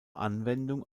anwendung